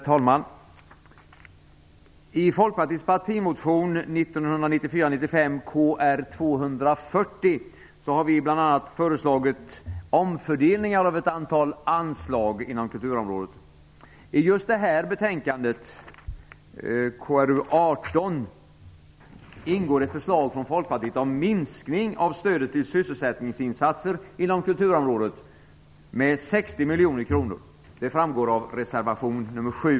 1994/95:Kr240 har vi bl.a. föreslagit omfördelningar av ett antal anslag inom kulturområdet. I just det här betänkandet KrU18 ingår ett förslag från Folkpartiet om minskning av stödet till sysselsättningsinsatser inom kulturområdet med 60 miljoner kronor. Det framgår av reservation 7.